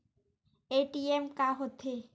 ATM का होथे?